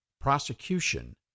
prosecution